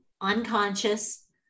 unconscious